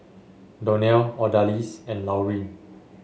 Donell Odalys and Laureen